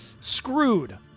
screwed